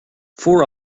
four